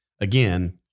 Again